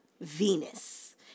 Venus